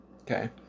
Okay